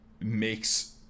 makes